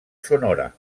sonora